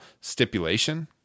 stipulation